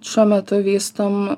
šiuo metu vystom